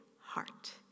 heart